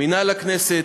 מינהל הכנסת,